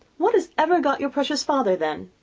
what has ever got your precious father then?